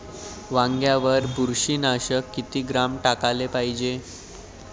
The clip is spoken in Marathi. वांग्यावर बुरशी नाशक किती ग्राम टाकाले पायजे?